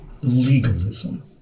legalism